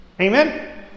Amen